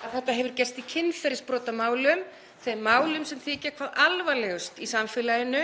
þetta hefur gerst í kynferðisbrotamálum, þeim málum sem þykja hvað alvarlegust í samfélaginu.